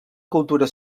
cultura